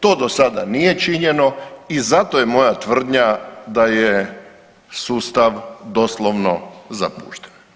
To do sada nije činjeno i zato je moja tvrdnja da je sustav doslovno zapušten.